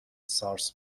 سارس